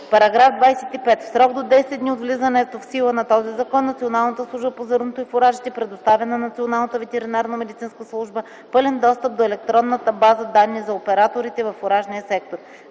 § 25. В срок до 10 дни от влизането в сила на този закон Националната служба по зърното и фуражите предоставя на Националната ветеринарномедицинска служба пълен достъп до електронната база данни за операторите във фуражния сектор.